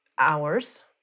hours